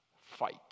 Fight